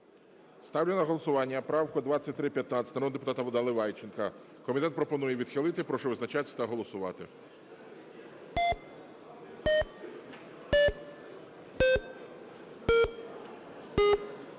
Ставлю на голосування правку 2315 народного депутата Наливайченка. Комітет пропонує відхилити. Прошу визначатись та голосувати.